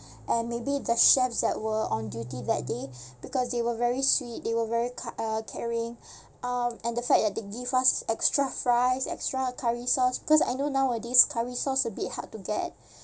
and maybe the chefs that were on duty that day because they were very sweet they were very ki~ uh caring um and the fact that they give us extra fries extra curry sauce because I know nowadays curry sauce a bit hard to get